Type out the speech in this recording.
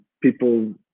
People